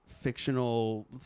fictional